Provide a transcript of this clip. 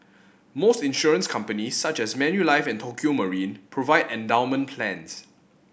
most insurance companies such as Manulife and Tokio Marine provide endowment plans